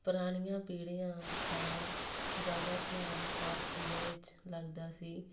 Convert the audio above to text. ਪੁਰਾਣੀਆਂ ਪੀੜ੍ਹੀਆਂ ਦਾ ਜ਼ਿਆਦਾ ਧਿਆਨ ਪਾਠ ਪੂਜਾ ਵਿੱਚ ਲੱਗਦਾ ਸੀ